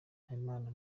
habimana